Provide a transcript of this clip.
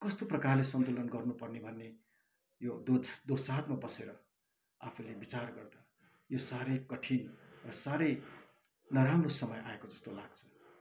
कस्तो प्रकारले सन्तुलन गर्नुपर्ने भन्ने यो दो दोसाँधमा बसेर आफूले विचार गर्दा यो साह्रै कठिन र साह्रै नराम्रो समय आएको जस्तो लाग्छ